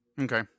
Okay